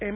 M